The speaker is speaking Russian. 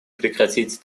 прекратить